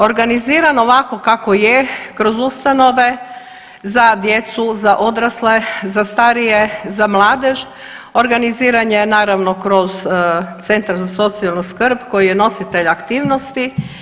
Organizirano ovako kako je kroz ustanove za djecu, za odrasle, za starije, za mladež, organiziran je naravno kroz centar za socijalnu skrb koji je nositelj aktivnosti.